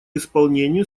исполнению